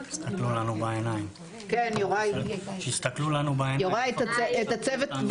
בעקבות המסקנות של הצוות,